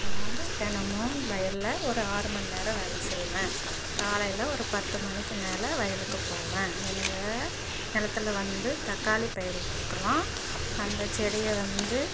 நான் வந்து தினமும் வயலில் ஒரு ஆறு மணி நேரம் வேலை செய்வேன் காலையில் ஒரு பத்து மணிக்கு மேல் வயலுக்கு போவேன் எங்கள் நிலத்துல வந்து தக்காளி பயிரிட்ருக்குறோம் அந்த செடியை வந்து